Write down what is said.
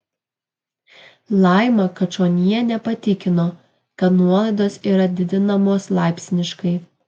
laima kačonienė patikino kad nuolaidos yra didinamos laipsniškai